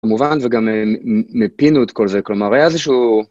כמובן וגם הם מפינו את כל זה, כלומר היה איזשהו...